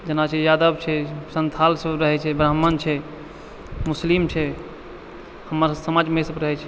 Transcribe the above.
जेना छै यादव छै संथाल सभ रहै छै ब्राह्मण छै मुस्लिम छै हमर समाजमे ई सभ रहै छै